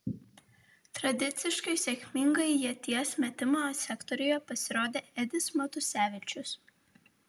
tradiciškai sėkmingai ieties metimo sektoriuje pasirodė edis matusevičius